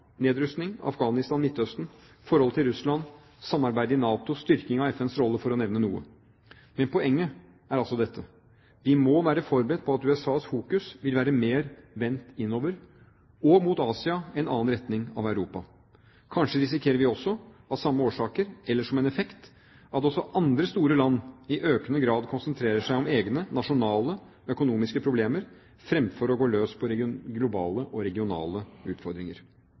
nedrustning, Afghanistan, Midtøsten, forholdet til Russland, samarbeidet i NATO, styrking av FNs rolle, for å nevne noe. Men poenget er altså dette: Vi må være forberedt på at USAs fokus vil være mer vendt innover, og mot Asia, i en annen retning enn Europa. Kanskje risikerer vi også av samme årsaker eller som en effekt at også andre store land i økende grad konsentrerer seg om egne, nasjonale økonomiske problemer fremfor å gå løs på de globale og regionale utfordringer.